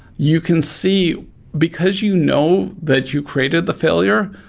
you can see because you know that you created the failure,